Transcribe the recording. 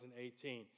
2018